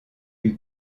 eut